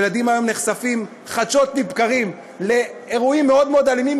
ילדים היום נחשפים חדשות לבקרים לאירועים מאוד מאוד אלימים,